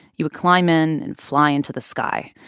he would climb in and fly into the sky.